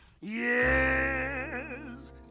Yes